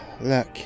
look